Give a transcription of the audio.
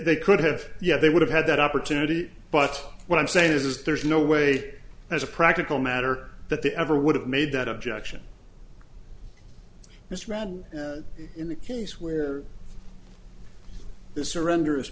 they could have yes they would have had that opportunity but what i'm saying is there's no way as a practical matter that they ever would have made that objection just ran in the case where the surrender is